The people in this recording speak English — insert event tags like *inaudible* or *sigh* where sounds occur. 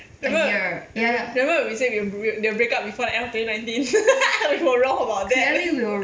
remember remember we said they will b~ they will break up before the end of twenty nineteen *laughs* we were wrong about that